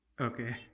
Okay